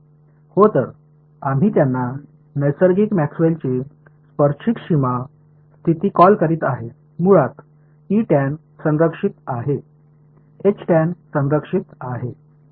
हो तर आम्ही त्यांना नैसर्गिक मॅक्सवेलची स्पर्शिक सीमा स्थिती कॉल करीत आहे मुळात ई टॅन संरक्षित आहे एच टॅन संरक्षित आहे